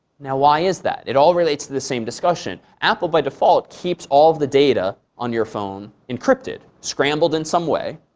now, why is that? it all relates to the same discussion. apple, by default, keeps all of the data on your phone encrypted scrambled in some way.